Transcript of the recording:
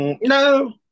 No